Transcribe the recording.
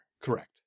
Correct